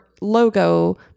logo